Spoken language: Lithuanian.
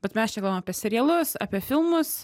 bet mes čia kalbam apie serialus apie filmus